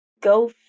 Go